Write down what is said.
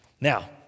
Now